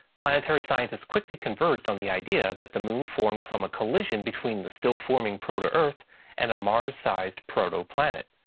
planetary scientists quickly converged on the idea that the moon formed from a collision between the still forming proto-earth and a mars-sized protoplanet.